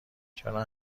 چرا